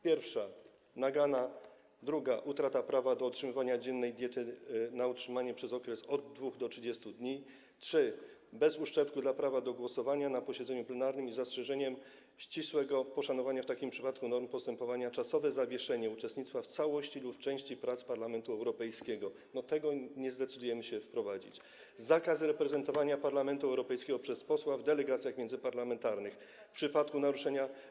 Pierwsza: nagana, druga: utrata prawa do otrzymywania dziennej diety na utrzymanie przez okres od 2 do 30 dni, trzecia: bez uszczerbku dla prawa do głosowania na posiedzeniu plenarnym, z zastrzeżeniem ścisłego poszanowania w takim przypadku norm postępowania, czasowe zawieszenie uczestnictwa w całości lub części prac Parlamentu Europejskiego - no, nie zdecydujemy się tego wprowadzić - dalej, zakaz reprezentowania Parlamentu Europejskiego przez posła w delegacjach międzyparlamentarnych w przypadku naruszenia.